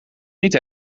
niet